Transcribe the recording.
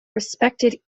respected